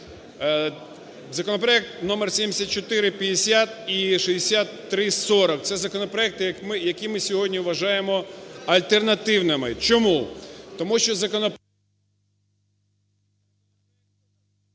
законопроект номер 7450 і 6340. Це законопроекти, які ми сьогодні вважаємо альтернативними. Чому? Тому що…